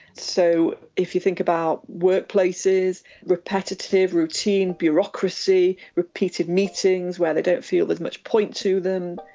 so if you think about workplaces, repetitive, routine bureaucracy, repeated meetings where they don't feel there's much point to them.